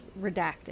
redacted